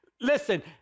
Listen